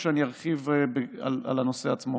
או שאני ארחיב על הנושא עצמו?